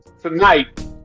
Tonight